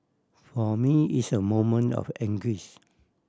for me it's a moment of anguish